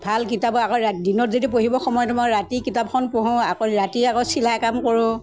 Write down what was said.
ভাল কিতাপো আকৌ দিনত যদি পঢ়িব সময়তো মই ৰাতি কিতাপখন পঢ়োঁ আকৌ ৰাতি আকৌ চিলাই কাম কৰোঁ